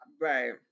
Right